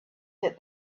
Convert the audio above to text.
that